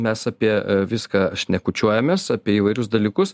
mes apie viską šnekučiuojamės apie įvairius dalykus